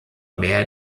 mehr